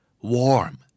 Warm